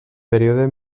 període